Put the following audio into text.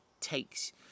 takes